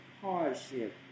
hardship